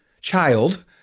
child